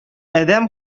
адәм